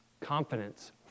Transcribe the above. Confidence